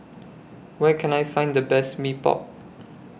Where Can I Find The Best Mee Pok